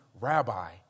rabbi